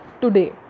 today